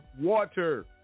water